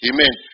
Amen